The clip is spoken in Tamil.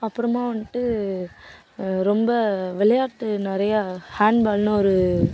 அப்புறமா வந்துட்டு ரொம்ப விளையாட்டு நிறையா ஹாண்ட்பால்னு ஒரு